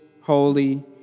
holy